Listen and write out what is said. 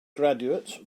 graduates